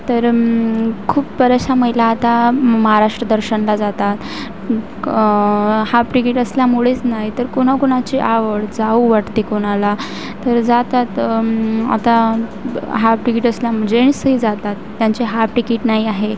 तर खूप बऱ्याचशा महिला आता महाराष्ट्र दर्शनला जातात हाप टिकीट असल्यामुळेच नाही तर कोणाकोणाचे आवड जाऊ वाटते कोणाला तर जातात आता हाप टिकीट असल्या जेण्ट्सही जातात त्यांची हाप टिकीट नाही आहे